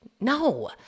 No